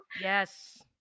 yes